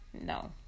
no